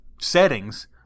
settings